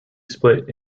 split